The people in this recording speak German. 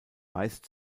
meist